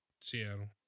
Seattle